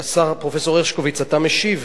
השר, פרופסור הרשקוביץ, אתה משיב